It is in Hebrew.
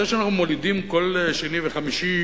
ולכן, זה שאנחנו מולידים כל שני וחמישי